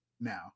now